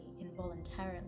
involuntarily